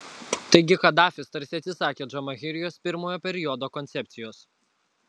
taigi kadafis tarsi atsisakė džamahirijos pirmojo periodo koncepcijos